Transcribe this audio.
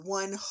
one